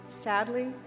Sadly